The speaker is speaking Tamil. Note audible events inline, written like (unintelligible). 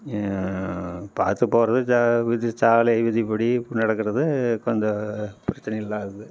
ஏ பார்த்து போகிறது (unintelligible) சாலை விதிப்படி நடக்கிறது கொஞ்சம் பிரச்சினை இல்லாதது